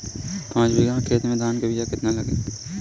पाँच बिगहा खेत में धान के बिया केतना लागी?